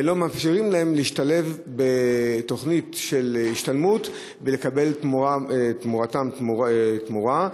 ולא מאפשרים להם להשתלב בתוכנית של השתלמות ולקבל תמורתה תמורה,